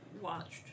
watched